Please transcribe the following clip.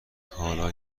حالا